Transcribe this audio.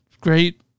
great